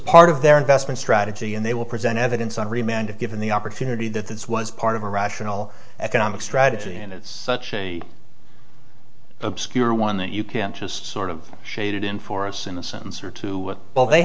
part of their investment strategy and they will present evidence on remand if given the opportunity that this was part of a rational economic strategy and it's such a obscura one that you can just sort of shaded in for us in a sentence or two with all they